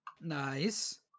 Nice